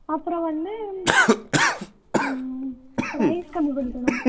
அப்புறம் வந்து ரைஸ் கம்மி பண்ணிக்கணும்